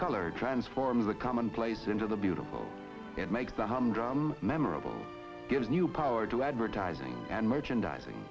color transforms a commonplace into the beautiful and make the humdrum memorable gives new power to advertising and merchandising